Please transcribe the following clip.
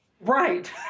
Right